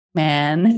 man